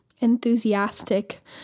enthusiastic